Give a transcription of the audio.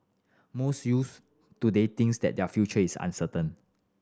most youths today thinks that their future is uncertain